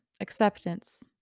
acceptance